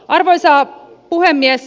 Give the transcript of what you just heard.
arvoisa puhemies